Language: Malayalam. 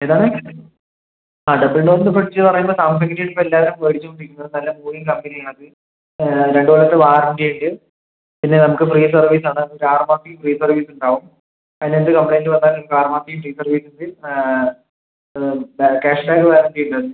ഏതാണ് ആ ഡബിൾ ഡോറിൻ്റെ ഫ്രിഡ്ജ് പറയുമ്പം സാംസങ്ങിന്റെ ഇപ്പം എല്ലാവരും മേടിച്ചുകൊണ്ട് ഇരിക്കുന്നത് നല്ല മൂവിംഗ് കമ്പനി ആണ് അത് രണ്ട് കൊല്ലത്തെ വാറന്റി ഉണ്ട് പിന്നെ നമുക്ക് ഫ്രീ സർവീസ് ആണ് ഒരു ആറ് മാസത്തേക്ക് ഫ്രീ സർവീസ് ഉണ്ടാവും അതിന് എന്ത് കംപ്ലെയിൻറ്റ് വന്നാലും ഒരു ആറ് മാസത്തേക്ക് ഫ്രീ സർവീസ് ഉണ്ട് ക്യാഷ്ബാക്ക് വാറന്റിയും ഉണ്ട് അതിന്